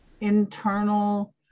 internal